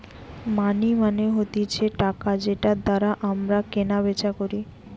মানি মানে হতিছে টাকা যেটার দ্বারা আমরা কেনা বেচা করি